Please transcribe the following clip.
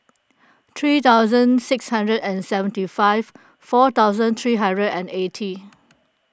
three thousand six hundred and seventy five four thousand three hundred and eighty